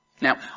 Now